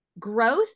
Growth